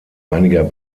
einiger